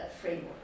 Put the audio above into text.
framework